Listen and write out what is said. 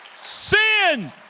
Sin